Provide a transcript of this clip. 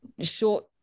short